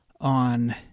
on